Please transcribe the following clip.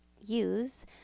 use